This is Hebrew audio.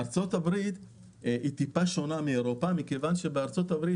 ארצות היא קצת שונה מאירופה כיוון שבארצות-הברית